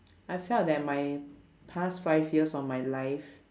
I felt that my past five years of my life